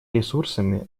ресурсами